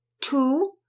two